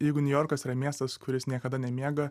jeigu niujorkas yra miestas kuris niekada nemiega